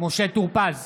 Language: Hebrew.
משה טור פז,